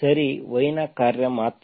ಸರಿ y ನ ಕಾರ್ಯ ಮಾತ್ರ